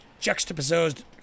juxtaposed